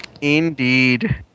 Indeed